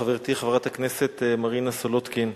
חברתי חברת הכנסת מרינה סולודקין,